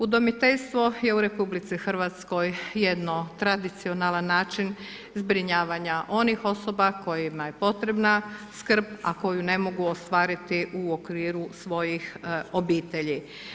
Udomiteljstvo je u RH jedno tradicionalan način zbrinjavanja onih osoba kojima je potrebna skrb, a koju ne mogu ostvariti u okviru svojih obitelji.